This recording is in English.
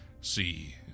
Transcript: see